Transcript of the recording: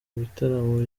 bitaramo